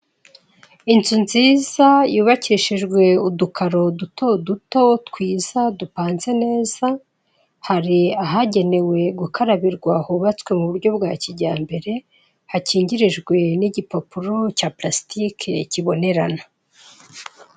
Inzu nziza yubakishijwe udukaro duto duto twiza dupanze neza, hari ahagenewe gukarabirwa hubatswe mu buryo bwa kijyambere, hakingirijwe n'igipapuro cya purasitike kibonerana.